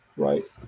Right